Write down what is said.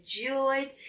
enjoyed